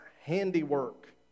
handiwork